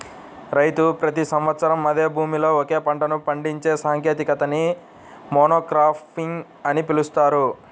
రైతు ప్రతి సంవత్సరం అదే భూమిలో ఒకే పంటను పండించే సాంకేతికతని మోనోక్రాపింగ్ అని పిలుస్తారు